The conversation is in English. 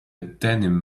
denim